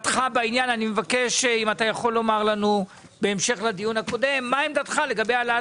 האם אתה יכול לומר לנו מה עמדתך לגבי העלאת